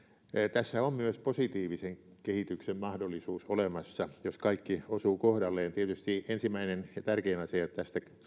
tässä on myös positiivisen kehityksen mahdollisuus olemassa jos kaikki osuu kohdalleen tietysti ensimmäinen ja tärkein asia on että tästä